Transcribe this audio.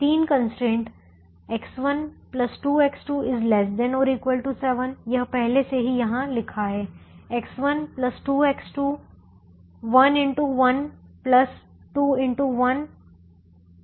तीन कंस्ट्रेंट हैं X1 2X2 ≤ 7 यह पहले से ही यहां लिखा है X1 2X2